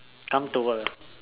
come to work